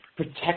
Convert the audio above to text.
Protect